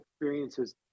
experiences